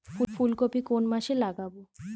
ফুলকপি কোন মাসে লাগাবো?